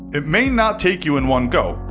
it may not take you in one go.